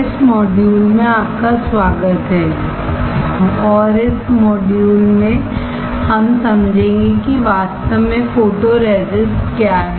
इस मॉड्यूल में आपका स्वागत है और इस मॉड्यूल में हम समझेंगे कि वास्तव में फोटोरेसिस्ट क्या है